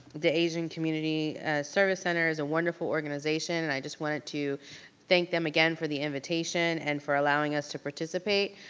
the asian community service center is a wonderful organization and i just wanted to thank them again for the invitation, and for allowing us to participate.